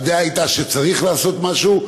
הדעה הייתה שצריך לעשות משהו.